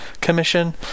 Commission